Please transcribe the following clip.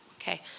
Okay